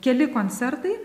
keli koncertai